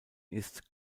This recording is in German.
ist